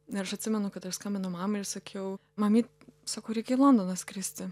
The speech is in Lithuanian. ir aš atsimenu kad aš skambinu mamai sakiau mamyt sakau reikia į londoną skristi